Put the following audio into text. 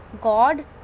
God